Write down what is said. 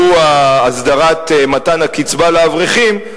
והוא הסדרת מתן הקצבה לאברכים,